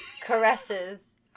caresses